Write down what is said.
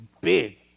big